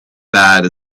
bad